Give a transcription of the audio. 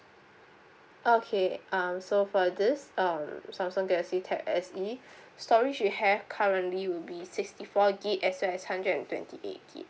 okay um so for this um samsung galaxy tab S E storage we have currently will be sixty four G as well as hundred and twenty eight